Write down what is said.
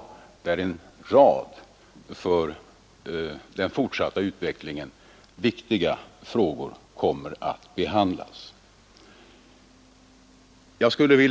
I denna proposition behandlas en rad för den fortsatta utvecklingen viktiga frågor. Jag skall